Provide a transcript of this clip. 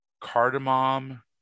cardamom